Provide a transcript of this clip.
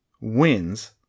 wins